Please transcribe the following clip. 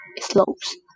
slopes